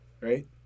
Right